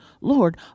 Lord